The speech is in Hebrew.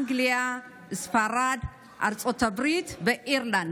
אנגליה, ספרד, ארצות הברית ואירלנד.